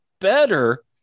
better